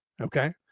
Okay